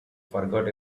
forgot